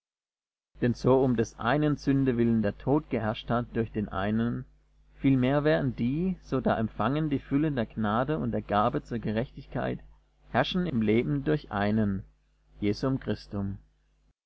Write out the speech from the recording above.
denn so um des einen sünde willen der tod geherrscht hat durch den einen viel mehr werden die so da empfangen die fülle der gnade und der gabe zur gerechtigkeit herrschen im leben durch einen jesum christum